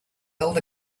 held